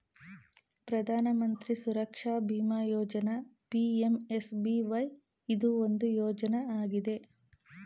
ಪ್ರಧಾನ ಮಂತ್ರಿ ಸುರಕ್ಷಾ ಬಿಮಾ ಯೋಜ್ನ ಪಿ.ಎಂ.ಎಸ್.ಬಿ.ವೈ ಇದು ಒಂದು ಯೋಜ್ನ ಆಗಿದೆ